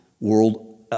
world